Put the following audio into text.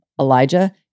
Elijah